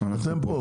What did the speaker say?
אתם פה.